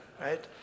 right